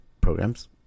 programs